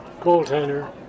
goaltender